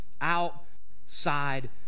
outside